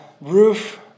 roof